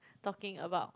talking about